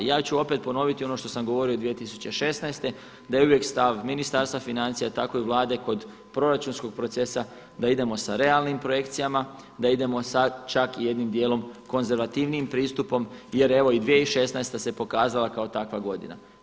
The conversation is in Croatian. Ja ću opet ponoviti ono što sam govorio 2016. da je uvijek stav Ministarstva financija tako i Vlade kod proračunskog procesa da idemo sa realnim projekcijama, da idemo sa čak i jednim dijelom konzervativnijim pristupom jer evo 2016. se pokazala kao takva godina.